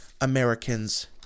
Americans